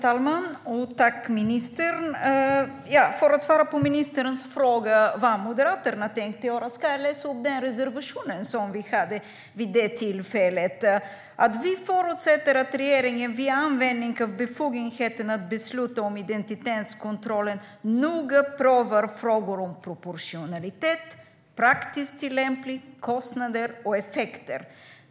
Herr talman! Låt mig svara på ministerns fråga om vad Moderaterna tänker göra. Jag kan läsa ur den reservation som vi hade vid det tillfället. Vi förutsätter att regeringen vid användning av befogenheten att besluta om identitetskontroller noga prövar frågor om proportionalitet, praktiskt tillämpning, kostnader och effekter.